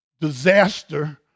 disaster